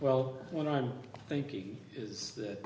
well what i'm thinking is that